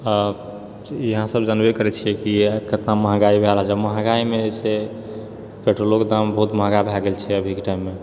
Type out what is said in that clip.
यहाँ सब जानबे करै छियै कि केतना महँगाइ भए रहल छै महँगाइमे जे छै पेट्रोलो कऽ दाम बहुत महँगा भए गेल छै अभीके टाइममे